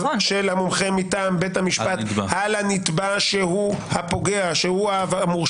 של המומחה מטעם בית המשפט על הנתבע שהוא הפוגע המורשע".